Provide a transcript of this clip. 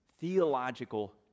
theological